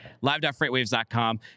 Live.freightwaves.com